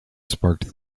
sparked